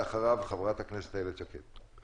אחריו חברת הכנסת איילת שקד.